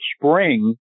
spring